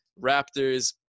Raptors